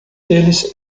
eles